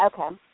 Okay